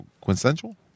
quintessential